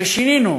ושינינו